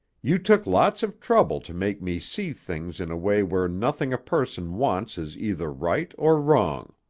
you took lots of trouble to make me see things in a way where nothing a person wants is either right or wrong.